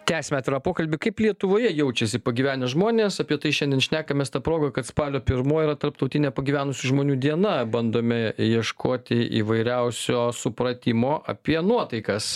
tęsiam atvirą pokalbį kaip lietuvoje jaučiasi pagyvenę žmonės apie tai šiandien šnekamės ta proga kad spalio pirmoji yra tarptautinė pagyvenusių žmonių diena bandome ieškoti įvairiausio supratimo apie nuotaikas